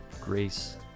grace